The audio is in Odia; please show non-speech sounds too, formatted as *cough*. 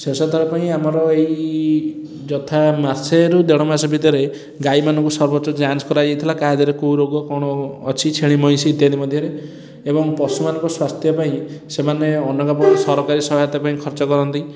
ଶେଷଥର ପାଇଁ ଆମର ଏଇ ଯଥା ମାସରୁ ଦେଢ଼ମାସ ଭିତରେ ଗାଈମାନଙ୍କୁ ସର୍ବୋଚ୍ଚ ଯାଞ୍ଚ କରାଯାଇଥିଲା କାହାଧିଏରେ କେଉଁରୋଗ କ'ଣ ଅଛି ଛେଳିମଇଁଷି ଇତ୍ୟାଦି ମଧ୍ୟରେ ଏବଂ ପଶୁମାନଙ୍କ ସ୍ୱାସ୍ଥ୍ୟପାଇଁ ସେମାନେ *unintelligible* ସରକାରୀ ସହାୟତା ପାଇଁ ଖର୍ଚ୍ଚ କରନ୍ତି